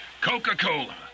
Coca-Cola